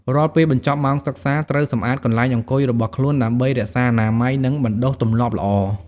រាល់ពេលបញ្ចប់ម៉ោងសិក្សា ត្រូវសម្អាតកន្លែងអង្គុយរបស់ខ្លួន ដើម្បីរក្សាអនាម័យ និងបណ្ដុះទម្លាប់ល្អ។